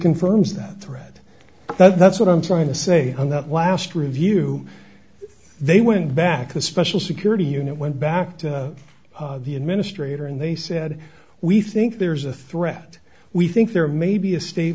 confirms that threat that's what i'm trying to say on that last review they went back a special security unit went back to the administrator and they said we think there's a threat we think there may be a state